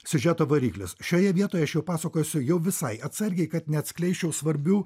siužeto variklis šioje vietoje aš jau pasakosiu jau visai atsargiai kad neatskleisčiau svarbių